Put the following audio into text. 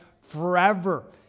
forever